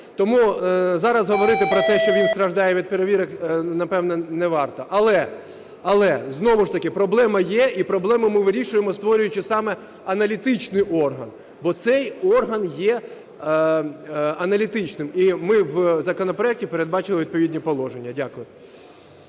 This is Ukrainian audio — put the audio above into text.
Тому зараз говорити про те, що він страждає від перевірок, напевно, не варто. Але знову ж таки проблема є. І проблему ми вирішуємо, створюючи саме аналітичний орган. Бо цей орган є аналітичним, і ми в законопроекті передбачили відповідні положення. Дякую.